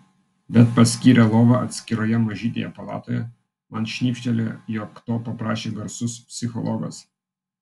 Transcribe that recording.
bet paskyrė lovą atskiroje mažytėje palatoje man šnibžtelėjo jog to paprašė garsus psichologas